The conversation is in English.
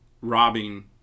robbing